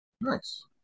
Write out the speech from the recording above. nice